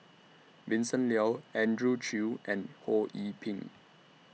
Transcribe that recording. Vincent Leow Andrew Chew and Ho Yee Ping